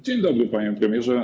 Dzień dobry, panie premierze.